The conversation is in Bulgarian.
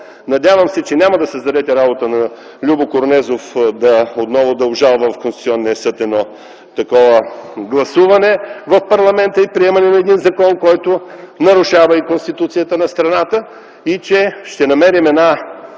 Надявам се, че няма да създадете работа на Любо Корнезов да обжалва отново в Конституционния съд едно такова гласуване в парламента и приемане на един закон, който нарушава и Конституцията на страната, и че ще намерим една